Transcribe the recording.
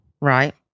Right